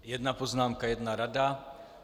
Jedna poznámka, jedna rada.